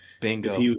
Bingo